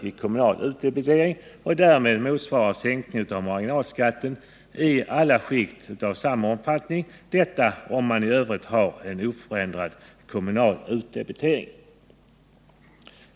i kommunal utdebitering och därmed motsvarande sänkning av marginalskatten i alla skikt — detta vid en i övrigt oförändrad kommunal utdebitering.